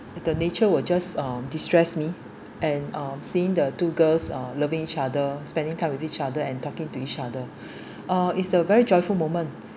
at the nature will just destress uh me and uh seeing the two girls uh loving each other spending time with each other and talking to each other uh is a very joyful moment